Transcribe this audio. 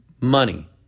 money